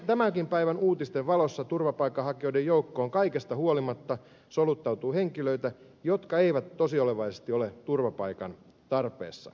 tämänkin päivän uutisten valossa turvapaikanhakijoiden joukkoon kaikesta huolimatta soluttautuu henkilöitä jotka eivät tosiasiallisesti ole turvapaikan tarpeessa